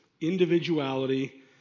individuality